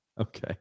Okay